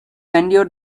endure